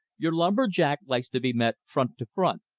your lumber-jack likes to be met front to front,